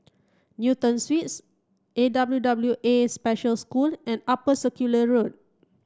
Newton Suites A W W A Special School and Upper Circular Road